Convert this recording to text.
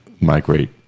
migrate